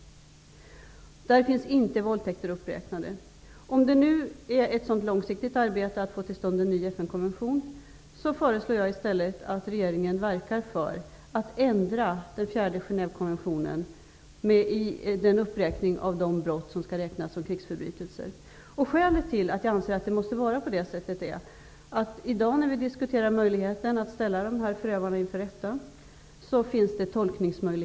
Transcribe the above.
Där finns inte våldtäkter medtagna. Om det nu är ett så långsiktigt arbete att få till stånd en ny FN-konvention, föreslår jag att regeringen i stället verkar för att ändra uppräkningen i den fjärde Genèvekonventionen av de brott som skall anses som krigsförbrytelser. Skälet till att jag anser detta är att det när vi i dag diskuterar möjligheten att ställa förövarna inför rätta finns utrymme för tolkningar.